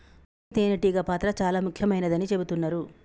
రాణి తేనే టీగ పాత్ర చాల ముఖ్యమైనదని చెబుతున్నరు